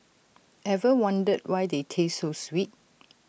ever wondered why they taste so sweet